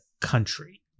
country